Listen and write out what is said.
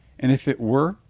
and if it were,